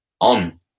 on